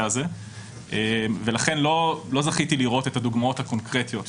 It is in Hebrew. הזה ולכן לא זכיתי לראות את הדוגמאות הקונקרטיות.